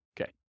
Okay